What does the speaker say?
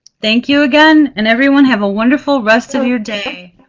thank you again, and everyone have a wonderful rest of your day.